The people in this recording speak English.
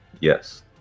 Yes